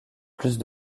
plus